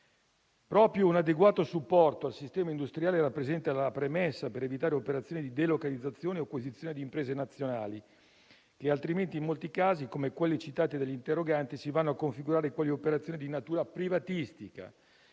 Proprio un adeguato supporto al sistema industriale rappresenta la premessa per evitare operazioni di delocalizzazione o acquisizione di imprese nazionali, che altrimenti in molti casi, come quelli citati dagli interroganti, si vanno a configurare quali operazioni di natura privatistica,